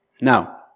Now